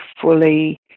fully